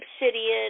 obsidian